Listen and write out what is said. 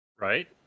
Right